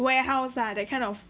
warehouse ah that kind of